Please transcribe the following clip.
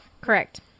Correct